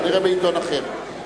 כנראה בעיתון אחר.